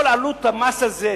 כל עלות המס הזה,